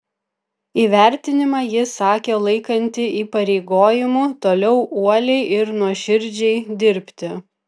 įvertinimą ji sakė laikanti įpareigojimu toliau uoliai ir nuoširdžiai dirbti